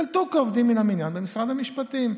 ייקלטו כעובדים מן המניין במשרד המשפטים.